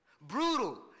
brutal